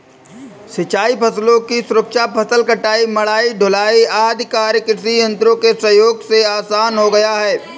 सिंचाई फसलों की सुरक्षा, फसल कटाई, मढ़ाई, ढुलाई आदि कार्य कृषि यन्त्रों के सहयोग से आसान हो गया है